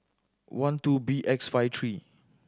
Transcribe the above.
one two B X five three